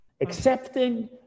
Accepting